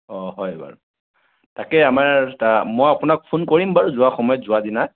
অ' হয় বাৰু তাকে আমাৰ তা মই আপোনাক ফোন কৰিম বাৰু যোৱা সময়ত যোৱা দিনা